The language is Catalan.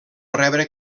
rebre